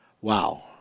Wow